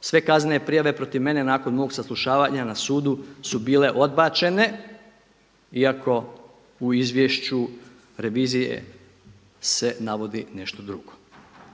sve kaznene prijave protiv mene nakon mog saslušavanja na sudu su bile odbačene iako u izvješću revizije se navodi nešto drugo.